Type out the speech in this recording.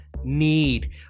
need